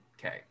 Okay